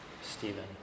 Stephen